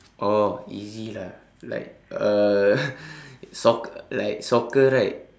oh easy lah like uh soc~ like soccer right